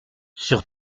sur